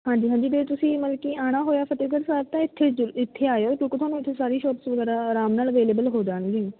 ਹਾਂਜੀ ਹਾਂਜੀ ਜੇ ਤੁਸੀਂ ਮਤਲਬ ਕਿ ਆਉਣਾ ਹੋਇਆ ਫਤਿਹਗੜ੍ਹ ਸਾਹਿਬ ਤਾਂ ਇੱਥੇ ਜ਼ਰੂ ਇੱਥੇ ਆਇਓ ਕਿਉਂਕਿ ਤੁਹਾਨੂੰ ਇੱਥੇ ਸਾਰੀ ਸ਼ੋਪਸ ਵਗੈਰਾ ਆਰਾਮ ਨਾਲ ਅਵੇਲੇਬਲ ਹੋ ਜਾਣਗੀਆਂ